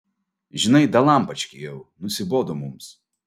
žinai dalampački jau nusibodo mums